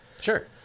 Sure